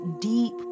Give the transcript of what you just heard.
deep